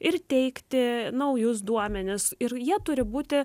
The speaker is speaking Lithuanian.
ir teikti naujus duomenis ir jie turi būti